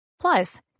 Plus